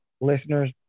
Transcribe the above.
listeners